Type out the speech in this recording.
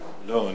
לא.